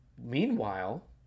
Meanwhile